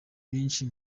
benshi